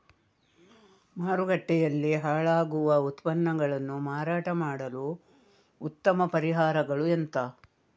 ಮಾರುಕಟ್ಟೆಯಲ್ಲಿ ಹಾಳಾಗುವ ಉತ್ಪನ್ನಗಳನ್ನು ಮಾರಾಟ ಮಾಡಲು ಉತ್ತಮ ಪರಿಹಾರಗಳು ಎಂತ?